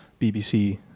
BBC